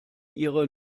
ihre